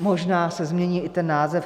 Možná se změní i ten název.